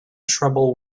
trouble